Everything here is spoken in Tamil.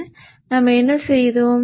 எனவே நாம் என்ன செய்தோம்